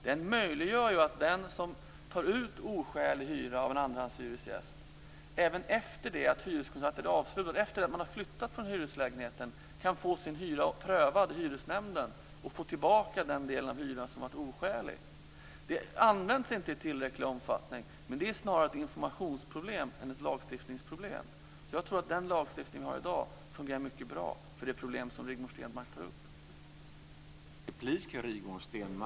Den möjliggör för hyresgästen att få sin hyra prövad av hyresnämnden och få tillbaka den del av hyran som varit oskälig, även efter det att hyreskontraktet är avslutat och man har flyttat från lägenheten. Den möjligheten används inte i tillräcklig omfattning i dag, men det är snarare ett informationsproblem än ett lagstiftningsproblem. Jag tror att den lagstiftning vi har i dag fungerar mycket bra när det gäller att komma till rätta med det problem Rigmor Stenmark tar upp.